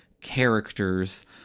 characters